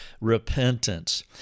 repentance